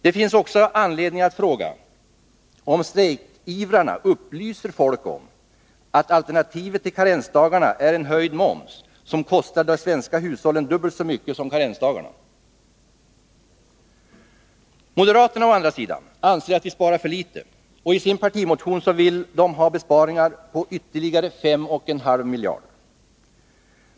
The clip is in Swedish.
Det finns också anledning att fråga om strejkivrarna upplyser folk om att alternativet till karensdagarna är en momshöjning, som kostar de svenska hushållen dubbelt så mycket som karensdagarna. Moderaterna, å andra sidan, anser att vi sparar för litet, och i sin partimotion vill de ha besparingar på ytterligare 5,5 miljarder.